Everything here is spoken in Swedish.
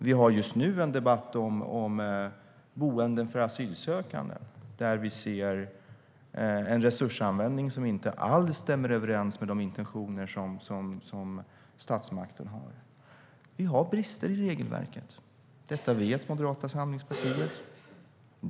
Vi har just nu en debatt om boenden för asylsökande, där vi ser en resursanvändning som inte alls stämmer överens med de intentioner som statsmakten har. Vi har brister i regelverket. Detta vet Moderata samlingspartiet.